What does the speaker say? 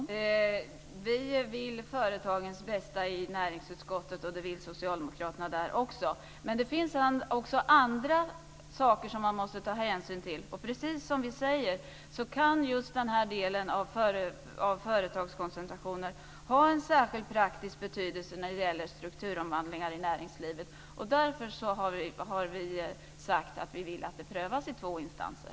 Fru talman! Vi vill företagens bästa i näringsutskottet - det vill också Socialdemokraterna där. Men det finns även andra saker som man måste ta hänsyn till. Precis som vi säger kan just den här delen av företagskoncentrationer ha en särskild praktiskt betydelse när det gäller strukturomvandlingar i näringslivet. Därför har vi sagt att vi vill att detta prövas i två instanser.